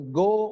go